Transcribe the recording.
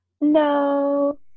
no